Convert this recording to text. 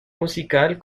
musical